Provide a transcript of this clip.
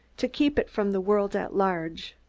to keep it from the world at large.